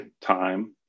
time